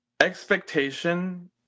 expectation